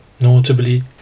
notably